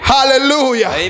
Hallelujah